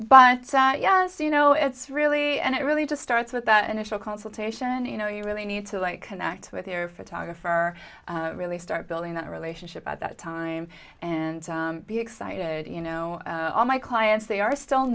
but yes you know it's really and it really just starts with that initial consultation you know you really need to like connect with your photographer really start building that relationship at that time and be excited you know all my clients they are still